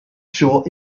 sure